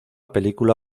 película